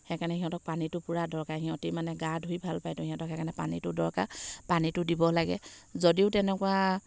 সেইকাৰণে সিহঁতক পানীটো পূৰা দৰকাৰ সিহঁতি মানে গা ধুই ভাল পায়তো সিহঁতক সেইকাৰণে পানীটো দৰকাৰ পানীটো দিব লাগে যদিও তেনেকুৱা